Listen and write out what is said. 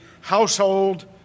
household